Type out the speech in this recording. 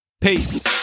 Peace